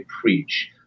preach